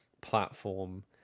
platform